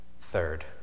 Third